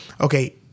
okay